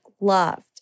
loved